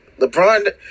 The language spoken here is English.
LeBron